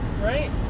right